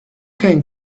can